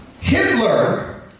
Hitler